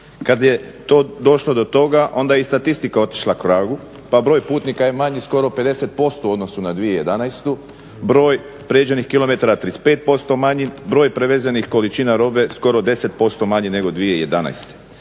Kada je došlo do toga onda je i statistika otišla k vragu pa broj putnika je manji skoro 50% u odnosu na 2011., broj pređenih kilometara 35% manji, broj prevezenih količina robe skoro 10% manji nego 2011.